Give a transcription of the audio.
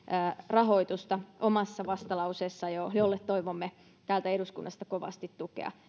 rahoitusta omassa vastalauseessaan jolle toivomme täältä eduskunnasta kovasti tukea